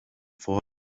fallen